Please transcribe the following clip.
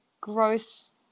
gross